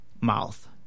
Mouth